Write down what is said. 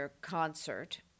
concert